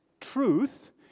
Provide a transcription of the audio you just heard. truth